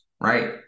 right